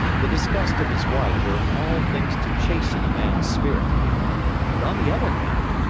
the disgust of his wife were all things to chasten a man's spirit but on the other hand,